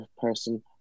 person